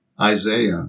Isaiah